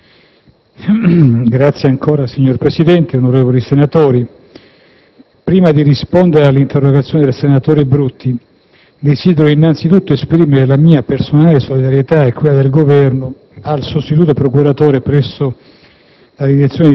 dell'interno*. Signor Presidente, onorevoli senatori, prima di rispondere all'interrogazione del senatore Brutti, desidero innanzi tutto esprimere la mia personale solidarietà e quella del Governo al sostituto procuratore presso